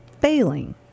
failing